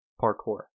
Parkour